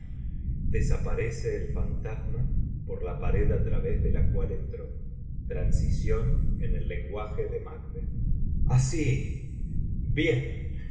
el fantasma por la pared á través de la cual entró transición en el lenguaje de macbeth así bien